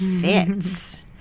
fits